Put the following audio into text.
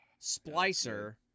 Splicer